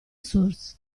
source